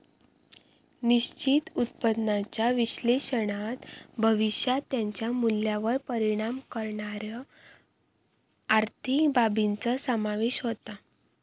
निश्चित उत्पन्नाच्या विश्लेषणात भविष्यात त्याच्या मूल्यावर परिणाम करणाऱ्यो आर्थिक बाबींचो समावेश होता